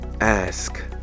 Ask